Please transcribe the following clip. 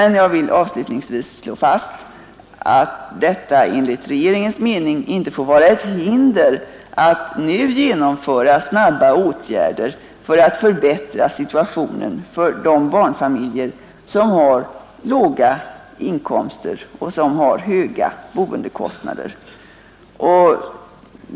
Jag vill avslutningsvis slå fast att detta enligt regeringens mening inte får vara ett hinder att nu genomföra snabba åtgärder för att förbättra situationen för de barnfamiljer som har låga inkomster och höga boendekostnader.